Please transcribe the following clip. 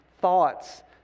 thoughts